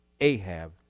Ahab